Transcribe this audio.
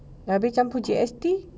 habis campur G_S_T